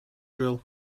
drill